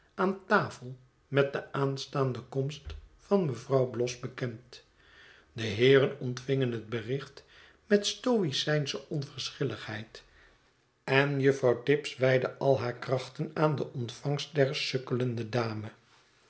aan tafel met de aanstaande komst van mevrouw bloss bekend de heeren ontvingen het bericht met stoicijnsche onverschilligheid en juffrouw tibbs wijdde al haar krachten aan de ontvangst der sukkelende dame